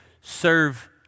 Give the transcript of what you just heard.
serve